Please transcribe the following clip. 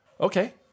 Okay